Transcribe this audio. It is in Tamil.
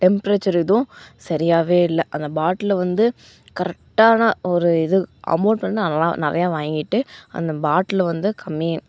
டெம்ப்ரேச்சர் இதுவும் சரியாகவே இல்லை அந்த பாட்டிலை வந்து கரக்ட்டான ஒரு இது அமௌண்ட் வந்து நல்லா நிறையா வாங்கிட்டு அந்த பாட்டிலு வந்து கம்மி